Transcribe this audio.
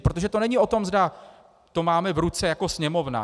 Protože to není o tom, zda to máme v ruce jako Sněmovna.